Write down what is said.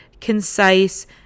concise